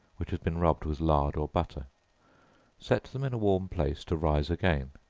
which has been rubbed with lard or butter set them in a warm place to rise again